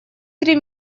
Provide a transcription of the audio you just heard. три